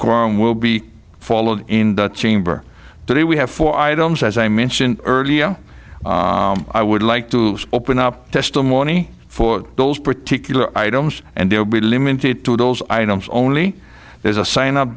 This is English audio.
e will be followed in the chamber today we have four items as i mentioned earlier i would like to open up testimony for those particular items and they will be limited to those items only there's a sign up